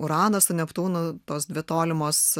uranas su neptūnu tos dvi tolimos